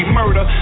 murder